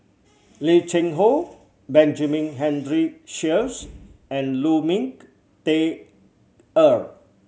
Lim Cheng Hoe Benjamin Henry Sheares and Lu Ming Teh Earl